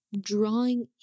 drawing